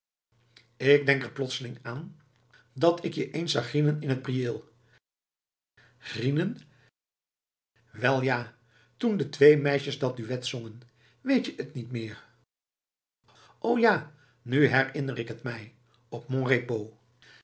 ik denk er plotseling aan dat ik je eens zag grienen in t prieel grienen wel ja toen de twee meisjes dat duet zongen weet je t niet meer o ja nu herinner ik t mij op mon